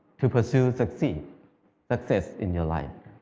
to pursue success success in your life.